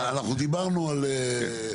אנחנו דיברנו על לטפל בו.